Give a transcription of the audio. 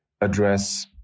address